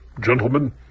gentlemen